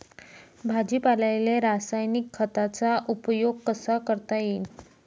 भाजीपाल्याले रासायनिक खतांचा उपयोग कसा करता येईन?